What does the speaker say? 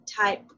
type